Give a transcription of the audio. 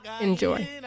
Enjoy